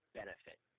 benefit